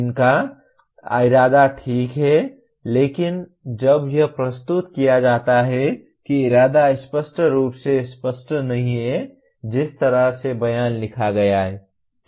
उनका इरादा ठीक है लेकिन जब यह प्रस्तुत किया जाता है कि इरादा स्पष्ट रूप से स्पष्ट नहीं है जिस तरह से बयान लिखा गया है